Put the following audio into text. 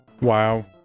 Wow